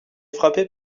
frappé